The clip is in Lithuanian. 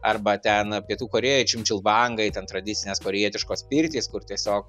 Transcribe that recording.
arba ten pietų korėjoj čimčiul bangai ten tradicinės korėjietiškos pirtys kur tiesiog